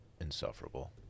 insufferable